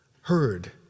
heard